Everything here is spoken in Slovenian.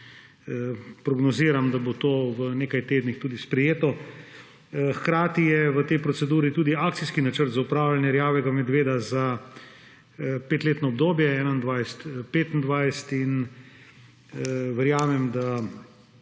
prognoziram, da bo to v nekaj tednih tudi sprejeto. Hkrati je v tej proceduri tudi akcijski načrt za upravljanje rjavega medveda za petletno obdobje, 2021–2025. Verjamem, da